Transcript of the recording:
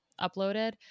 uploaded